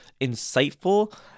insightful